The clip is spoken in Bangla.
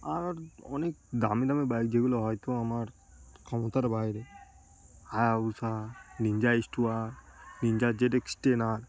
আর অনেক দামি দামি বাইক যেগুলো হয়তো আমার ক্ষমতার বাইরে হায়াবুুসা নিনজা এইচ টু আর নিনজা জেড এক্স টেন আর